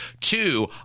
Two